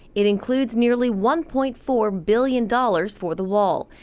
it includes nearly one point four billion dollars for the wall,